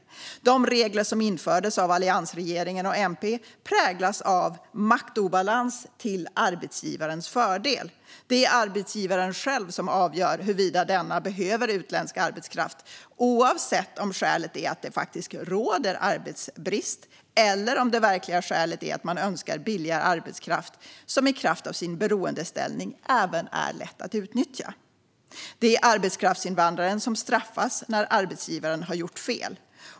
De regler som infördes av alliansregeringen och MP präglas av maktobalans till arbetsgivarens fördel. Det är arbetsgivaren själv som avgör huruvida man behöver utländsk arbetskraft, oavsett om skälet är att det faktiskt råder arbetsbrist eller om det verkliga skälet är att man önskar billigare arbetskraft, som på grund av sin beroendeställning även är lätt att utnyttja. Det är arbetskraftsinvandraren som straffas när arbetsgivaren har gjort fel.